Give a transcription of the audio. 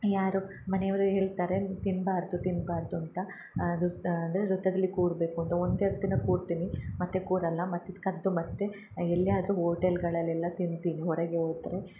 ಯಾರೋ ಮನೆಯವರೇ ಹೇಳ್ತಾರೆ ತಿನ್ಬಾರದು ತಿನ್ಬಾರದು ಅಂತ ಅದು ಅಂದರೆ ವೃತ್ತದಲ್ಲಿ ಕೂರ್ಬೇಕು ಅಂತ ಒಂದೆರಡು ದಿನ ಕೂರ್ತಿನಿ ಮತ್ತೆ ಕೂರಲ್ಲ ಮತ್ತು ಕದ್ದು ಮತ್ತು ಎಲ್ಲೇ ಆದ್ರೂ ಓಟೆಲ್ಗಳಲ್ಲೆಲ್ಲ ತಿಂತೀನಿ ಹೊರಗೆ ಹೋದ್ರೆ